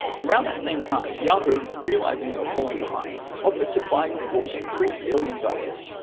around that same time, yahoo, realizing they were falling behind offered to buy google for three billion dollars.